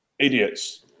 Idiots